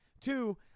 Two